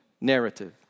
narrative